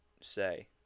say